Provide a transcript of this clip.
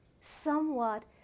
somewhat